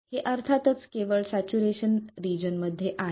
हे अर्थातच केवळ सॅच्युरेशन रिजन मध्ये आहे